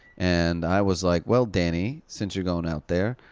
and i was like, well, danny, since you're going out there,